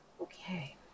Okay